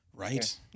Right